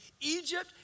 Egypt